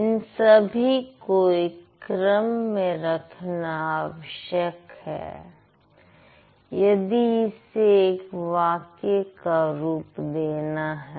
इन सभी को एक क्रम में रखना आवश्यक है यदि इसे एक वाक्य का रूप देना है